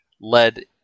led